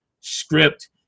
script